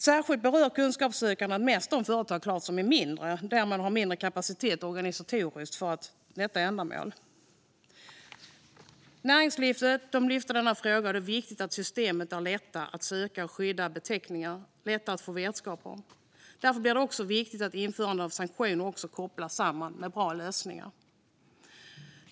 Särskilt berör detta de företag som är mindre och därmed har mindre kapacitet organisatoriskt för ändamålet. Näringslivet lyfter fram denna fråga. Det är viktigt att system är lätta att söka i och att skyddade beteckningar är lätta att få vetskap om. Därför blir det också viktigt att införande av sanktioner kopplas samman med bra lösningar.